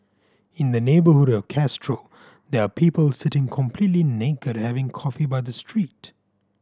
in the neighbourhood of Castro there are people sitting completely naked having coffee by the street